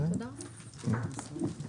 הישיבה נעולה.